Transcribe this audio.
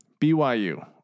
BYU